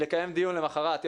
דיון למחרת,